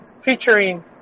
featuring